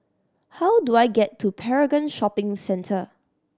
how do I get to Paragon Shopping Centre